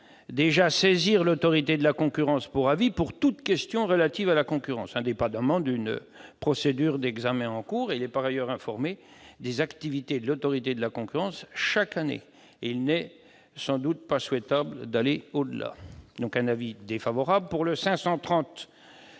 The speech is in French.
déjà saisir l'Autorité de la concurrence pour avis pour toute question relative à la concurrence, indépendamment d'une procédure d'examen en cours. Il est par ailleurs informé des activités de l'Autorité de la concurrence chaque année. Il n'est sans doute pas souhaitable d'aller au-delà. La commission a émis un avis défavorable sur